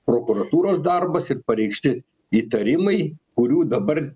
prokuratūros darbas ir pareikšti įtarimai kurių dabar